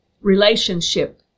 relationship